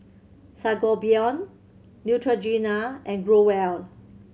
Sangobion Neutrogena and Growell